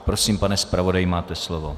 Prosím, pane zpravodaji, máte slovo.